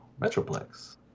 Metroplex